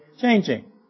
changing